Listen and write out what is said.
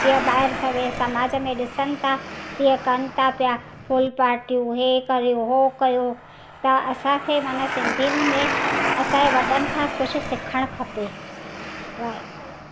जीअं ॿाहिरि सवेल समाज में ॾिसनि था तीअं कनि था पिया फुल पाटियूं हे कयो हो कयो त असांखे माना सिंधीयुनि में असांजे वॾनि खां कुझु सिखणु खपे वाहेगुरु